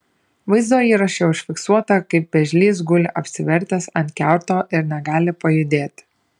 vaizdo įraše užfiksuota kaip vėžlys guli apsivertęs ant kiauto ir negali pajudėti